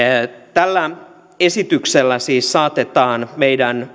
tällä esityksellä siis saatetaan meidän